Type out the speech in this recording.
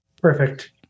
Perfect